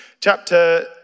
Chapter